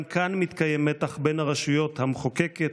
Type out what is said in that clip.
גם כאן מתקיים מתח בין הרשויות המחוקקת,